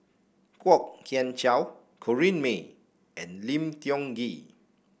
Kwok Kian Chow Corrinne May and Lim Tiong Ghee